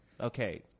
Okay